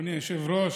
אדוני היושב-ראש,